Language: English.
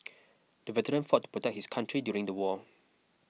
the veteran fought to protect his country during the war